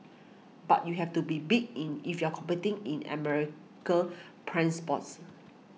but you have to be big in if you're competing in America's prime spots